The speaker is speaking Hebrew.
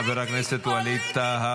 היא פוליטית, פוליטית, פוליטית.